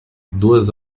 duas